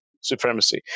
supremacy